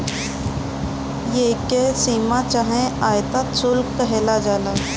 एके सीमा चाहे आयात शुल्क कहल जाला